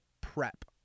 prep